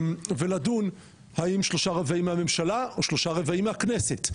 ולדון האם שלושה רבעים מהממשלה או שלושה רבעים מהכנסת?